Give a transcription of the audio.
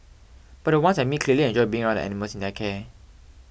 but the ones I meet clearly enjoy being around animals in their care